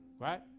right